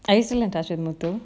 are you saying dasha moto